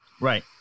Right